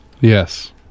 Yes